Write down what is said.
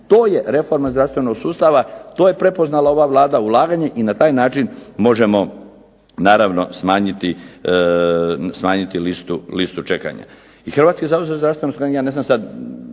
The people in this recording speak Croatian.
To je reforma zdravstvenog sustava, to je prepoznala ova Vlada ulaganje i na taj način možemo naravno smanjiti listu čekanja.